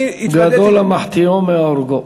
אני, גדול המחטיאו מהורגו.